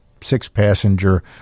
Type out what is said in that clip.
six-passenger